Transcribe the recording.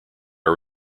our